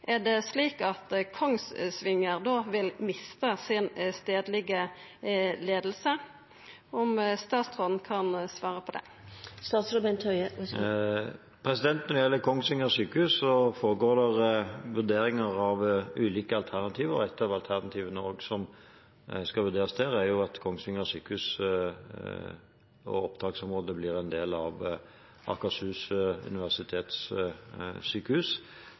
Vil Kongsvinger då mista si stadlege leiing? Kan statsråden svara på det? Når det gjelder Kongsvinger sykehus, foregår det vurderinger av ulike alternativer. Ett av alternativene som skal vurderes der, er at Kongsvinger sykehus og oppdragsområdet blir en del av